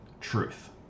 Truth